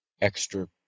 extra